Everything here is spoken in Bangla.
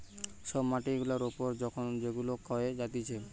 সব মাটি গুলা উপর তখন যেগুলা ক্ষয়ে যাতিছে